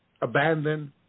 abandoned